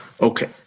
Okay